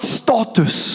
status